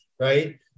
Right